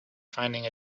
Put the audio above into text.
finding